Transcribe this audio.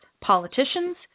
politicians